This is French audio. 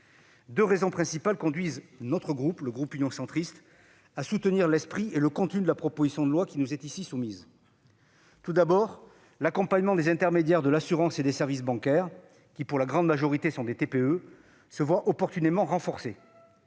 Deux raisons principales conduisent le groupe Union Centriste à soutenir l'esprit et le contenu de la proposition de loi qui nous est ici soumise. Tout d'abord, l'accompagnement des intermédiaires de l'assurance et des services bancaires, qui, pour la grande majorité, sont des TPE, se voit opportunément renforcé.